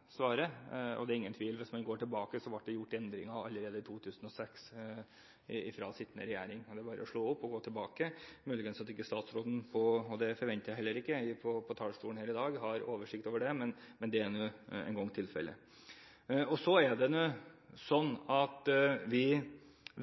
svaret, men jeg takker for svaret. Det er ingen tvil om at den sittende regjering gjorde endringer allerede i 2006. Det er bare å slå opp og gå tilbake. Det er mulig at statsråden ikke har – og det forventer jeg heller ikke – oversikt over det på talerstolen i dag, men det er nå engang tilfellet. Vi har